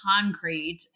concrete